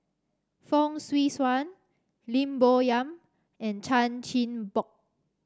Fong Swee Suan Lim Bo Yam and Chan Chin Bock